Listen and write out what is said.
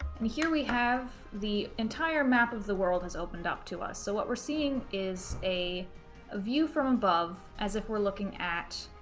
and here we have the entire map of the world has opened up to us. so what we're seeing is a ah view from above, as if we're looking at